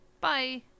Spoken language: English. Bye